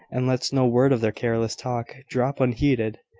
and lets no word of their careless talk drop unheeded,